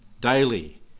daily